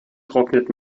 trocknet